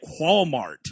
Walmart